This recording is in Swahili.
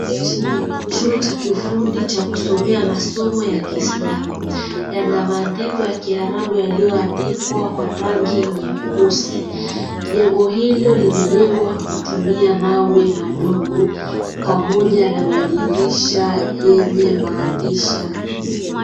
Hichi ni chuo cha ufundi cha kusomea masomo ya kislamu yana maandiko ya kiarabu yaliyoandikwa kwa rangi nyeusi. Jengo hilo limejengwa kutumia mawe madogo pamoja na madirisha yenye maandishi.